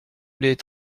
les